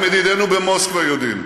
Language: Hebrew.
וגם ידידינו במוסקבה יודעים,